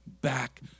back